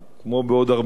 כמו בעוד הרבה נושאים.